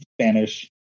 Spanish